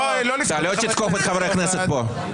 לא תתקוף את חברי הכנסת פה.